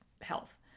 health